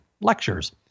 lectures